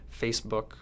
Facebook